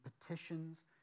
petitions